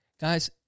Guys